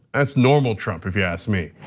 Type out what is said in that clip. that's normal trump if you ask me.